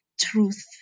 truth